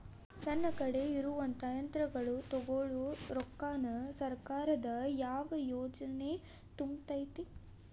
ನನ್ ಕಡೆ ಇರುವಂಥಾ ಯಂತ್ರಗಳ ತೊಗೊಳು ರೊಕ್ಕಾನ್ ಸರ್ಕಾರದ ಯಾವ ಯೋಜನೆ ತುಂಬತೈತಿ?